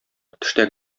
төштә